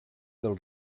del